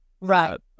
Right